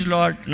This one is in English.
Lord